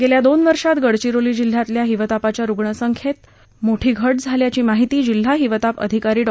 गस्वा दोन वर्षांत गडचिरोली जिल्ह्यातील हिवतापाच्या रुग्णसंख्यक्तिमोठी घट झाली आह्य्रिशी माहिती जिल्हा हिवताप अधिकारी डॉ